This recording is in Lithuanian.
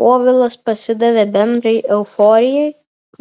povilas pasidavė bendrai euforijai